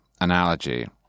analogy